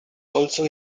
also